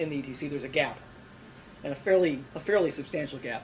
in the t c there's a gap and a fairly a fairly substantial gap